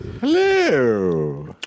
Hello